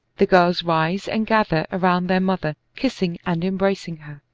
the girls rise and gather round their mother kissing and embracing her.